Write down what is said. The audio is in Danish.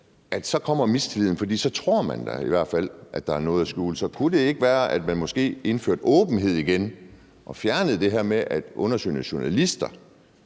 sort papir tilbage, for så tror man da i hvert fald, at der er noget at skjule. Så kunne det ikke være, at hvis man indførte åbenhed igen og fjernede det her med, at undersøgende journalister